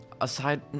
Aside